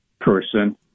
person